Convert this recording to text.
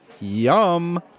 Yum